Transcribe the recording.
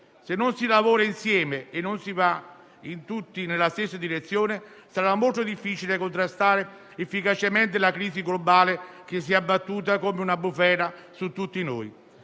Se non si lavora insieme e non si va tutti nella stessa direzione, sarà molto difficile contrastare efficacemente la crisi globale che si è abbattuta come una bufera su tutti noi.